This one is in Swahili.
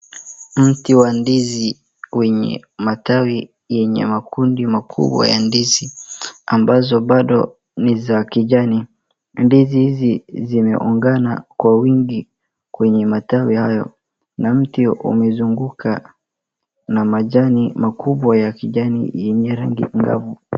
Mti wa ndizi wenye matawi yenye makundi makubwa ya ndizi ambazo bado ni za kijani ndizi hizi zimeungana kwa wingi kwenye matawi hayo na mti umezunguka na majani makubwa ya kijani yenye rangi ngavu.